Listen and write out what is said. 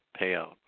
payout